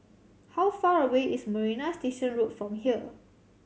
how far away is Marina Station Road from here